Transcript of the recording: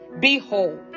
Behold